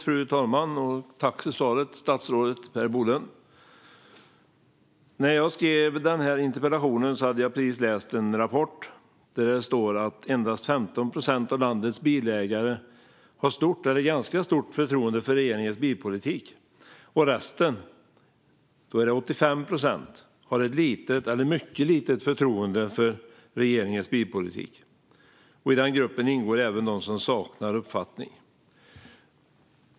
Fru talman! Tack, statsrådet Per Bolund, för svaret! När jag skrev interpellationen hade jag precis läst en rapport där det står att endast 15 procent av landets bilägare har stort eller ganska stort förtroende för regeringens bilpolitik och att resten - 85 procent - har litet eller mycket litet förtroende för regeringens bilpolitik. I den gruppen ingår även de som saknar uppfattning.